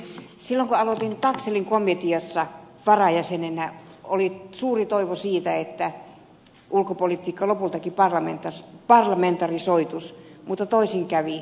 silloin kun aloitin taxellin komiteassa varajäsenenä oli suuri toivo siitä että ulkopolitiikka lopultakin parlamentarisoituisi mutta toisin kävi